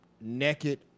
naked